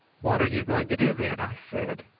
what are you going to do, then? i said.